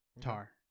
tar